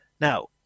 Now